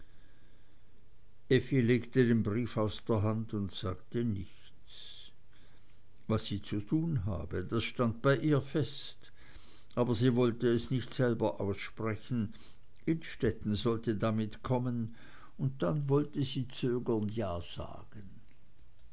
legte den brief aus der hand und sagte nichts was sie zu tun habe das stand bei ihr fest aber sie wollte es nicht selber aussprechen innstetten sollte damit kommen und dann wollte sie zögernd ja sagen